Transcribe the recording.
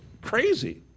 crazy